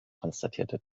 konstatierte